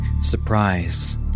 Surprise